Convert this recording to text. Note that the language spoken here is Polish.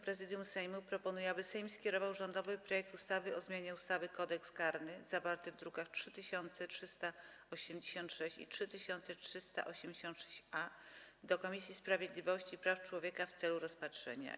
Marszałek Sejmu, po zasięgnięciu opinii Prezydium Sejmu, proponuje, aby Sejm skierował rządowy projekt ustawy o zmianie ustawy Kodeks karny, zawarty w drukach nr 3386 i 3386-A, do Komisji Sprawiedliwości i Praw Człowieka w celu rozpatrzenia.